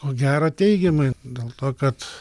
o gera teigiamai dėl to kad